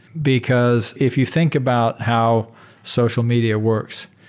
because if you think about how social media works,